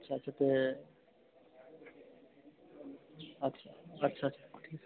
अच्छा अच्छा ते अच्छा अच्छा